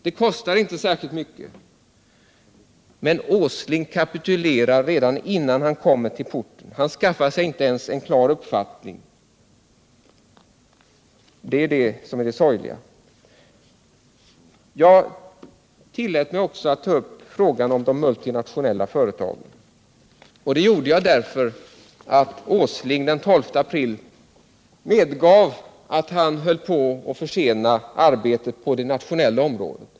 Det kostar inte särskilt mycket. Men Nils Åsling kapitulerar redan innan han har försökt. Han skaffar sig inte ens en klar uppfattning. Det är detta som är det sorgliga. Jag tog också upp frågan om de multinationella företagen. Det gjorde jag därför att Nils Åsling den 12 april medgav att han hade försenat arbetet på en nationell kontroll.